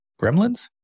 Gremlins